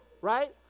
right